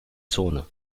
zone